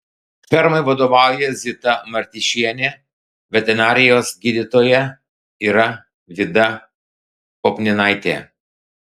fermai vadovauja zita martyšienė veterinarijos gydytoja yra vida kopninaitė